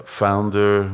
founder